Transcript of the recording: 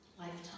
lifetime